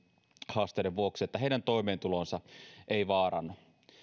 haasteiden vuoksi toimeentulo ei vaarannu